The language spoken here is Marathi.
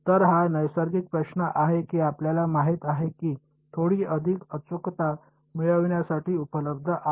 तर हा नैसर्गिक प्रश्न आहे की आपल्याला माहित आहे की थोडी अधिक अचूकता मिळविण्यासाठी उपलब्ध आहे